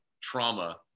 trauma